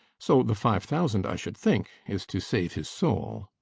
so the five thousand, i should think, is to save his soul.